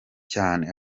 cyane